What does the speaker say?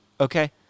Okay